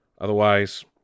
Otherwise